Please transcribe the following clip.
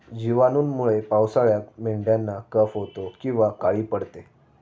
जिवाणूंमुळे पावसाळ्यात मेंढ्यांना कफ होतो किंवा काळी पडते